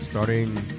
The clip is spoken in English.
Starting